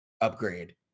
upgrade